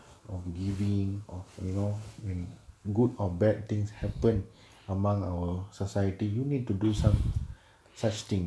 of giving of you know when good or bad things happen among our society you need to do some such thing